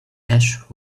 ash